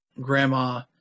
grandma